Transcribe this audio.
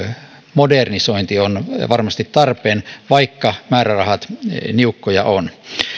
modernisointi on varmasti tarpeen vaikka määrärahat niukkoja ovat